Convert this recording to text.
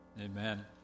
Amen